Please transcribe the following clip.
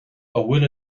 bhfuil